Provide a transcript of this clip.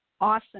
awesome